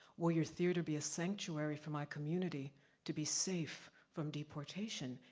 will your theater be a sanctuary for my community to be safe from deportation,